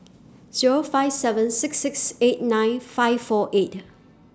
Zero five seven six six eight nine five four eight